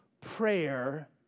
prayer